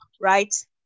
right